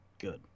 Good